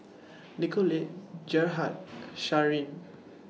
Nicolette Gerhard Sharen